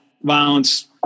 violence